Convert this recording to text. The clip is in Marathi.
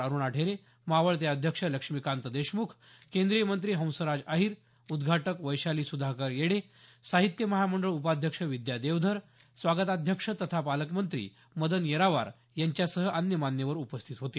अरुणा ढेरे मावळते अध्यक्ष लक्ष्मीकांत देशमुख केंद्रीय मंत्री हंसराज अहीर उद्घाटक वैशाली सुधाकर येडे साहित्य महामंडळ उपाध्यक्ष विद्या देवधर स्वागताध्यक्ष तथा पालकमंत्री मदन येरावार यांच्यासह अन्य मान्यवर उपस्थित होते